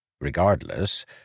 Regardless